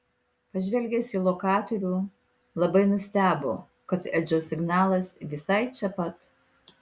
pažvelgęs į lokatorių labai nustebo kad edžio signalas visai čia pat